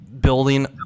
building